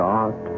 God